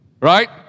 Right